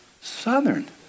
Southern